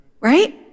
right